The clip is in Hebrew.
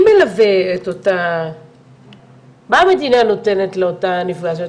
מי מלווה, מה המדינה נותנת לאותה נפגעת?